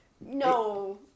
No